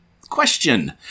question